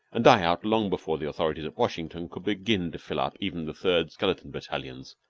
and die out long before the authorities at washington could begin to fill up even the third skeleton battalions,